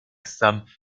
some